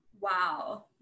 wow